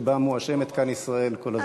שבה מואשמת כאן ישראל כל הזמן.